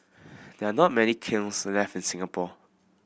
there are not many kilns left in Singapore